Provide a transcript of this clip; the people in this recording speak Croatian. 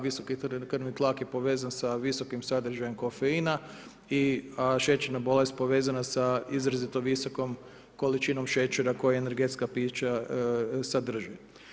Visoki krvni tlak je povezan sa visokim sadržajem kofeina, a šećerna bolest povezana sa izrazito visokom količinom šećera koje energetska pića sadrže.